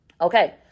okay